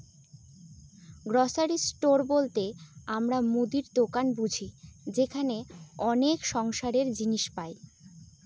grocery store বলতে আমরা মুদির দোকান বুঝি যেখানে অনেক সংসারের জিনিস পাই